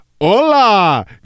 Hola